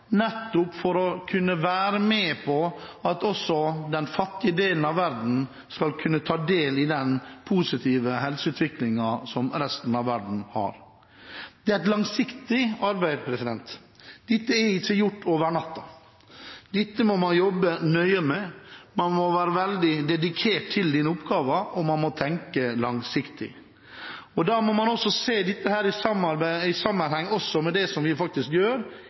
nettopp for at også den fattige delen av verden skal kunne ta del i den positive helseutviklingen som resten av verden har. Dette er et langsiktig arbeid – det er ikke gjort over natten. Dette må man jobbe nøye med – man må være veldig dedikert til oppgaven – og man må tenke langsiktig. Man må også se dette i sammenheng med det vi faktisk gjør